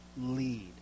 lead